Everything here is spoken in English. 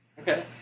Okay